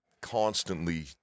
constantly